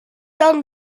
done